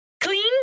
clean